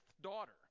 daughter